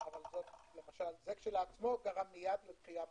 אבל זה כשלעצמו גרם מייד לדחייה משמעותית.